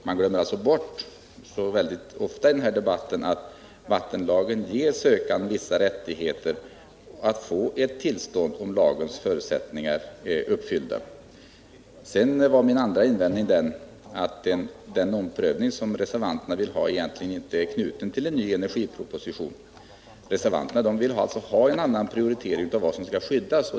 Man glömmer så ofta bort i den här debatten att vattenlagen, om dess förutsättningar är uppfyllda, ger sökandena vissa rättigheter när det gäller att få tillstånd. Min andra invändning var att den omprövning som reservanterna vill ha egentligen är knuten till en ny energiproposition. Reservanterna vill alltså ha en annan prioritering av vad som skall skyddas.